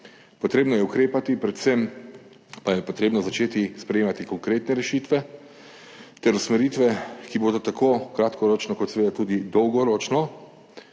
Treba je ukrepati, predvsem pa je treba začeti sprejemati konkretne rešitve ter usmeritve, ki bodo tako kratkoročno kot seveda tudi dolgoročno